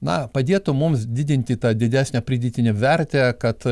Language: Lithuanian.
na padėtų mums didinti tą didesnę pridėtinę vertę kad